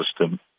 system